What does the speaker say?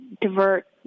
divert